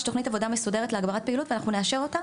תוכנית עבודה מסודרת להגברת פעילות ואנחנו נאשר אותה,